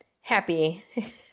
happy